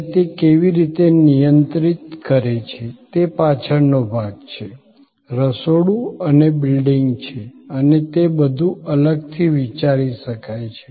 અને તે કેવી રીતે નિયંત્રિત કરે છે તે પાછળનો ભાગ છે રસોડું અને બિલિંગ છે અને તે બધું અલગથી વિચારી શકાય છે